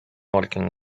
working